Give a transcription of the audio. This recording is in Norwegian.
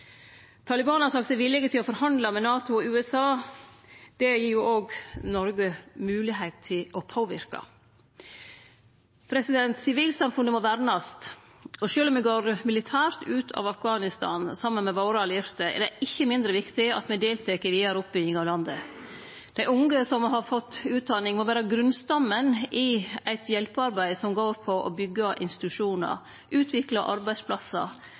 Taliban har sagt seg villige til å forhandle med NATO og USA. Det gir òg Noreg moglegheit til å påverka. Sivilsamfunnet må vernast. Sjølv om me militært går ut av Afghanistan, saman med våre allierte, er det ikkje mindre viktig at me deltek i den vidare oppbygginga av landet. Dei unge som har fått utdanning, må vere grunnstammen i eit hjelpearbeid som går ut på å byggje institusjonar, utvikla arbeidsplassar,